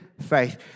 faith